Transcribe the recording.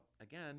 again